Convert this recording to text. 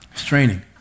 straining